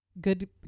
good